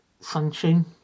sunshine